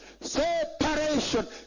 Separation